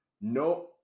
no